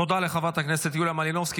תודה לחברת הכנסת יוליה מלינובסקי.